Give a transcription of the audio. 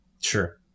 Sure